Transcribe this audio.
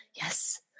yes